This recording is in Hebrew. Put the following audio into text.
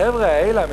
החבר'ה האלה,